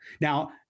Now